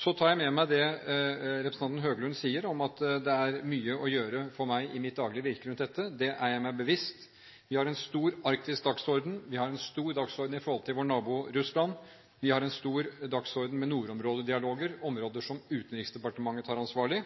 Så tar jeg med meg det som representanten Høglund sier, om at det er mye å gjøre for meg i mitt daglige virke rundt dette. Det er jeg meg bevisst. Vi har en stor arktisk dagsorden, vi har en stor dagsorden i forhold til vår nabo Russland, og vi har en stor dagsorden med nordområdedialoger. Dette er områder som Utenriksdepartementet tar alvorlig,